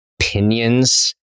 opinions